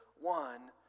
one